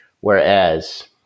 Whereas